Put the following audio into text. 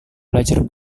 belajar